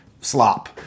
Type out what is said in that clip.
slop